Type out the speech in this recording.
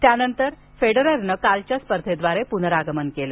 त्यानंतर त्याने कालच्या स्पर्धेद्वारे पुनरागमन केले